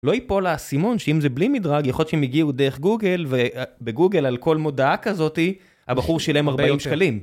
לא יפול האסימון שאם זה בלי מדרג, יכול להיות שהם הגיעו דרך גוגל, ובגוגל, על כל מודעה כזאת, הבחור שילם 40 שקלים.